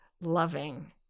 loving